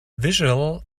visual